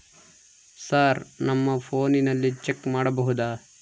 Sir ನಮ್ಮ ಫೋನಿನಲ್ಲಿ check ಮಾಡಬಹುದಾ?